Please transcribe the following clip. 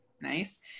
nice